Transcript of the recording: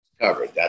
covered